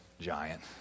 giant